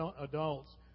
adults